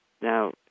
Now